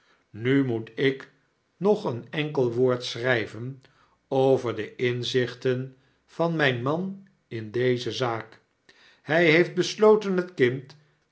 nu itfoet ik nog een enkel woord schryven over de inzichten van myn man in deze zaak hij heeft besloten het kind